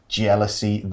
jealousy